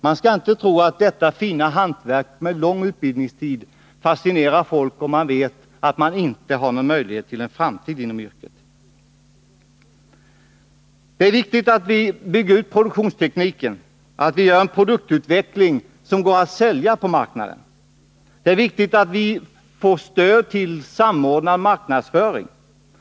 Man skall inte tro att detta fina hantverk, som kräver lång utbildningstid, fascinerar människor om de vet att de inte har någon framtid inom yrket. Det är viktigt att vi bygger ut produktionstekniken, att vi åstadkommer en sådan utveckling av produkterna att de går att sälja på marknaden. Det är viktigt att man får stöd till samordnad marknadsföring.